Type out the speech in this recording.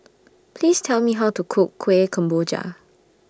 Please Tell Me How to Cook Kuih Kemboja